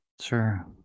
Sure